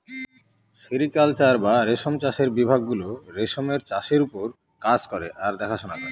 sericulture বা রেশম চাষের বিভাগ গুলো রেশমের চাষের ওপর কাজ করে আর দেখাশোনা করে